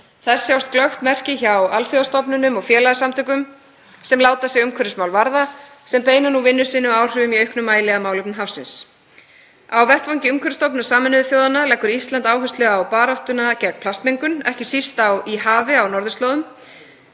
Þess sjást glöggt merki hjá alþjóðastofnunum og félagasamtökum sem láta sig umhverfismál varða, sem beina nú vinnu sinni og áhrifum í auknum mæli að málefnum hafsins. Á vettvangi umhverfisstofnunar Sameinuðu þjóðanna leggur Ísland áherslu á baráttuna gegn plastmengun, ekki síst í hafi á norðurslóðum.